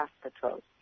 hospitals